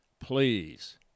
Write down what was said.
Please